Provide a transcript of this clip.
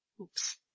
Oops